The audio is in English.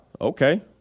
Okay